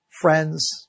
friends